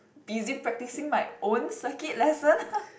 busy practising my own circuit lesson